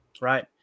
right